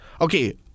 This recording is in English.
Okay